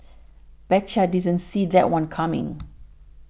betcha didn't see that one coming